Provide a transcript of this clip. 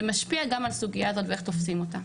זה משפיע גם על הסוגיה הזאת ואיך תופסים אותם.